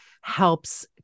helps